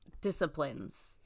disciplines